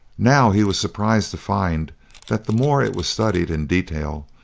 now he was surprised to find that the more it was studied in detail,